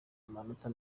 amanota